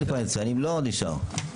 אם לא נשאר.